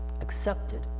accepted